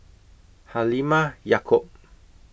Halimah Yacob